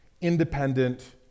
Independent